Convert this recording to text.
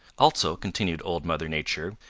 also, continued old mother nature,